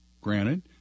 granted